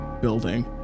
building